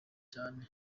cyane